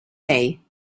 may